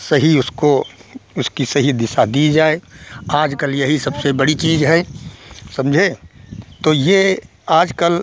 सही उसको उसकी सही दिशा दी जाए आज कल यही सबसे बड़ी चीज़ है समझे तो ये आज कल